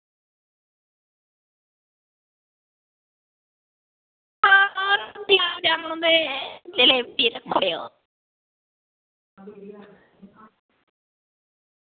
आं बजार जाना में मेरे लेई रक्खी ओड़ेओ